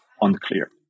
unclear